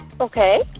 Okay